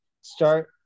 start